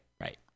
Right